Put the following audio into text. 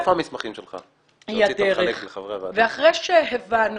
אחרי שהבנו